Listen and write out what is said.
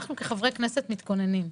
אנחנו כחברי כנסת מתכוננים לדיונים.